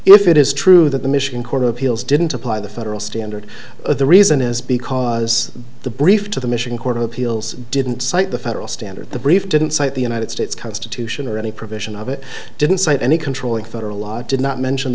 if it is true that the michigan court of appeals didn't apply the federal standard the reason is because the brief to the michigan court of appeals didn't cite the federal standard the brief didn't cite the united states constitution or any provision of it didn't cite any controlling federal law did not mention